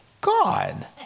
God